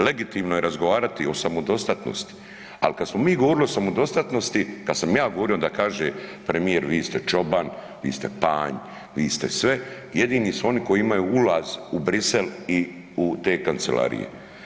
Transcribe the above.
Legitimno je razgovarati o samodostatnosti, al kad smo mi govorili o samodostatnosti, kad sam ja govorio, onda kaže premijer vi ste čoban, vi ste panj, vi ste sve, jedini su oni koji imaju ulaz u Brisel i u te kancelarije.